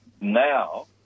now